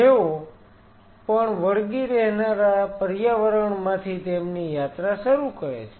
જેઓ પણ વળગી રહેનારા પર્યાવરણમાંથી તેમની યાત્રા શરૂ કરે છે